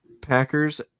Packers